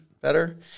better